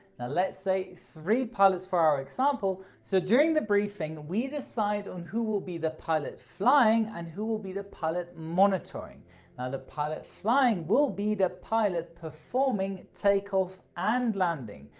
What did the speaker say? let's say three pilots for our example so during the briefing we decide on who will be the pilot flying and who will be the pilot monitoring. now the pilot flying will be the pilot performing takeoff and landing.